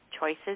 choices